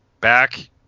back